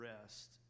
rest